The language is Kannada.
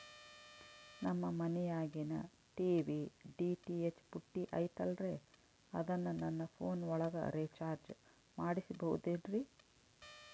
ನಮ್ಮ ಮನಿಯಾಗಿನ ಟಿ.ವಿ ಡಿ.ಟಿ.ಹೆಚ್ ಪುಟ್ಟಿ ಐತಲ್ರೇ ಅದನ್ನ ನನ್ನ ಪೋನ್ ಒಳಗ ರೇಚಾರ್ಜ ಮಾಡಸಿಬಹುದೇನ್ರಿ?